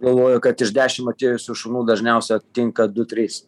galvoju kad iš dešim atėjusių šunų dažniausia tinka du trys